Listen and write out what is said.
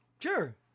Sure